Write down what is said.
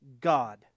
God